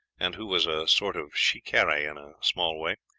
and who was a sort of shikaree in a small way,